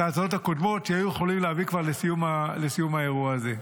הקודמות שהיו יכולות להביא כבר לסיום האירוע הזה.